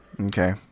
Okay